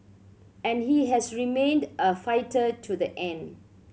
and he has remained a fighter to the end